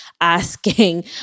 asking